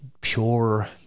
pure